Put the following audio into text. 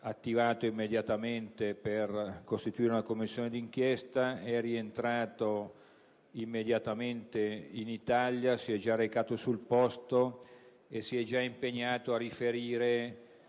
attivato immediatamente per costituire una commissione d'inchiesta, è rientrato immediatamente in Italia, si è già recato sul posto e si è impegnato a riferire,